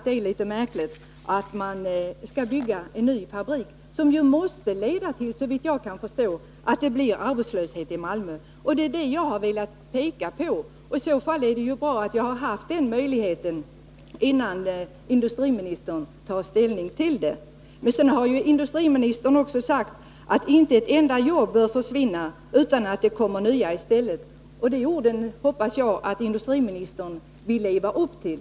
Det är därför märkligt att en ny fabrik skall byggas i Borås. Det måste ju — såvitt jag kan förstå — leda till att det blir arbetslöshet i Malmö. Det är just det som jag har velat peka på, och det är bra att jag har fått möjlighet att göra det innan industriministern tar ställning till Eisers framställning. Vidare har industriministern också sagt i intervjun i Svenska Dagbladet att inte ett enda jobb bör försvinna utan att nya kommer i stället, och de orden hoppas jag att industriministern vill leva upp till.